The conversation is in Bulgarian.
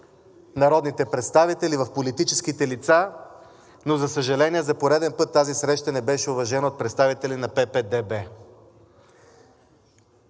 народните представители, в политическите лица, но за съжаление, за пореден път тази среща не беше уважена от представители на ПП-ДБ.